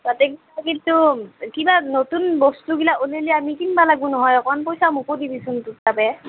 তাতেই কিন্তু কিবা নতুন বস্তুবিলাক ওলালে আমি কিনিব লাগিব নহয় অকণ পইচা মোকো দিবিচোন